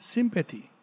Sympathy